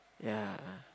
ya